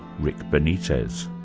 rick benitez.